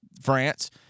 France